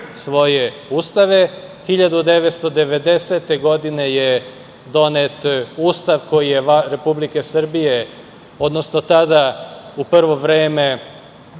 svoje ustave, 1990. godine je donet Ustav Republike Srbije, odnosno tada u prvo vreme